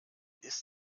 ist